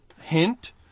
hint